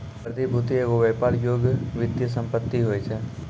प्रतिभूति एगो व्यापार योग्य वित्तीय सम्पति होय छै